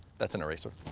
that's an eraser.